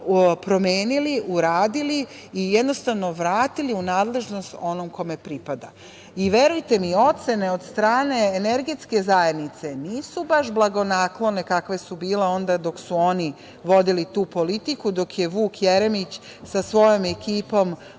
promenili, uradili i jednostavno vratili u nadležnost onom kome pripada. Verujte mi, ocene od strane energetske zajednice nisu baš blagonaklone kakve su bile onda dok su oni vodili tu politiku, dok je Vuk Jeremić sa svojom ekipom